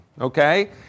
okay